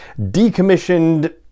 decommissioned